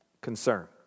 concern